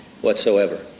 whatsoever